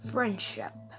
Friendship